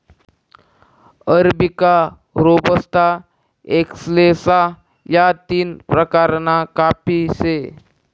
arabica, robusta, excelsa या तीन प्रकारना काफी से